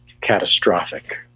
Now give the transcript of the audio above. catastrophic